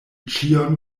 ĉion